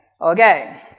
Okay